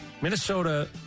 Minnesota